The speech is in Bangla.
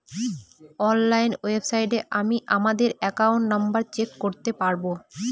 অনলাইন ওয়েবসাইটে আমি আমাদের একাউন্ট নম্বর চেক করতে পারবো